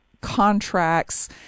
contracts